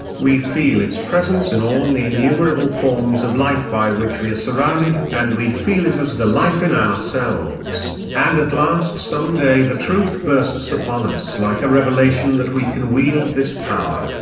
we feel its presence in all the innumerable forms of life by which we are surrounded and we feel it as the life in ourselves and at last some day the truth bursts upon us like a revelation that we can wield this power,